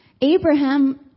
Abraham